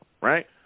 right